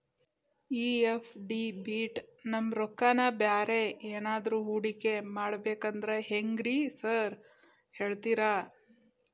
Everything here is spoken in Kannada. ಈ ಎಫ್.ಡಿ ಬಿಟ್ ನಮ್ ರೊಕ್ಕನಾ ಬ್ಯಾರೆ ಎದ್ರಾಗಾನ ಹೂಡಿಕೆ ಮಾಡಬೇಕಂದ್ರೆ ಹೆಂಗ್ರಿ ಸಾರ್ ಹೇಳ್ತೇರಾ?